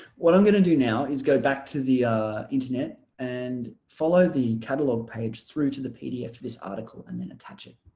what i'm gonna do now is go back to the internet and follow the catalogue page through to the pdf of this article and then attach it.